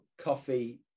coffee